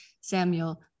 Samuel